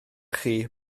chi